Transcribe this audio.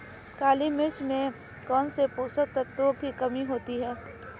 काली मिट्टी में कौनसे पोषक तत्वों की कमी होती है?